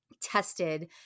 tested